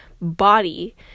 body